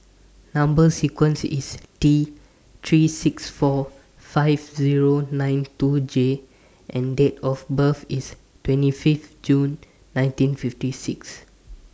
Number sequence IS T three six four five Zero nine two J and Date of birth IS twenty Fifth June nineteen fifty six